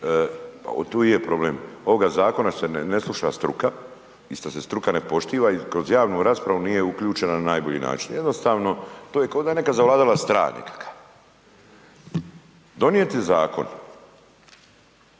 Tu i je problem, ovoga Zakona se ne sluša struka, ista se struka ne poštiva, i kroz javnu raspravu nije uključena na najbolji način. Jednostavno to je ko da je neka zavlada stra' nekaka. Donijeti Zakon,